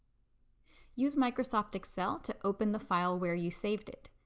use microsoft excel to open the file where you saved it.